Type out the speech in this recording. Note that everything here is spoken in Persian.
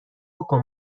بکن